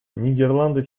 нидерланды